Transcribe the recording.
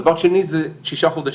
הדבר השני זה שישה חודשים.